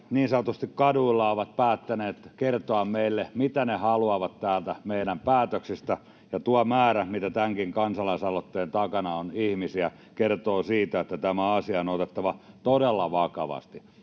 niin sanotusti kaduilla ovat päättäneet kertoa meille, mitä he haluavat täältä, meidän päätöksiltä, ja tuo määrä ihmisiä, mitä tämänkin kansalaisaloitteen takana on, kertoo siitä, että tämä asia on otettava todella vakavasti.